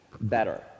better